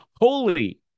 holy